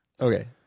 Okay